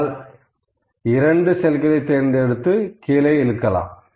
ஆனால் 2 செல்களைத் தேர்ந்தெடுத்து கீழே இழுக்கலாம்